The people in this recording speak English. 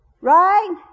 Right